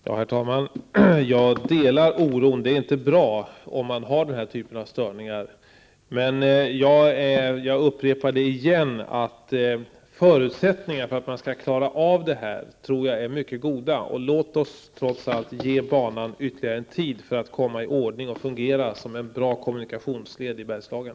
Herr talman! Jag delar oron. Det är inte bra att man har den här typen av störningar. Jag vill dock upprepa att jag tror att förutsättningarna för att man skall klara av det här är mycket goda. Låt oss trots allt ge banan ytterligare tid för att komma i ordning och kunna fungera som en bra kommunikationsled i Bergslagen.